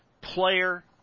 player